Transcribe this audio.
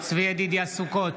צבי ידידיה סוכות,